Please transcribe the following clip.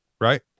right